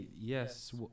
yes